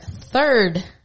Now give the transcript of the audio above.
third